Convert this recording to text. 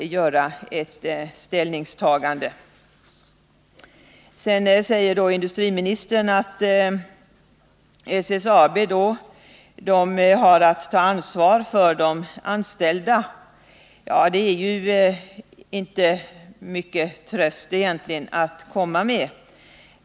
Nu säger industriministern att SSAB har att ta ansvar för de anställda, men det är egentligen inte mycken tröst att komma med.